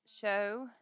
show